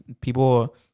people